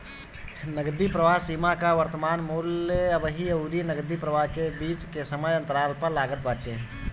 नगदी प्रवाह सीमा कअ वर्तमान मूल्य अबही अउरी नगदी प्रवाह के बीच के समय अंतराल पअ लागत बाटे